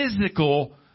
physical